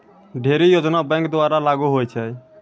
ढ़ेरी योजना बैंक द्वारा लागू होय छै